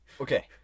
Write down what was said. Okay